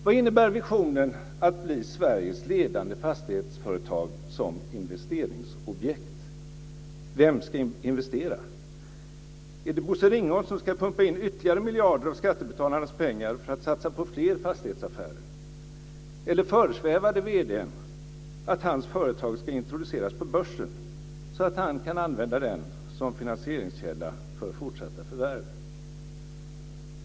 Vad innebär visionen att bli "Sveriges ledande fastighetsföretag som investeringsobjekt"? Vem ska investera? Är det Bosse Ringholm som ska pumpa in ytterligare miljarder av skattebetalarnas pengar för att satsa på fler fastighetsaffärer? Eller föresvävar det vd:n att hans företag ska introduceras på börsen så att han kan använda den som finansieringskälla för fortsatta förvärv?